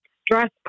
stress